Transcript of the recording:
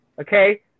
okay